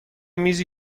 میزی